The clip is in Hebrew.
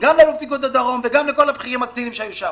יותר מישובים אחרים שנמצאים בעוטף למרות שהיא 7 נקודה משהו קילומטרים.